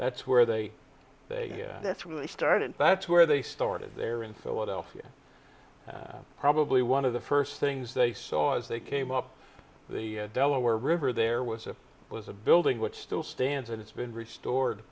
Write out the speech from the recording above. that's where they that's when they started that's where they started there in philadelphia probably one of the first things they saw as they came up the delaware river there was a was a building which still stands and it's been restored